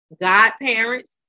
godparents